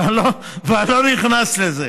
ואני לא נכנס לזה.